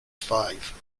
five